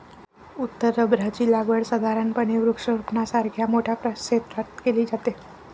उत्तर रबराची लागवड साधारणपणे वृक्षारोपणासारख्या मोठ्या क्षेत्रात केली जाते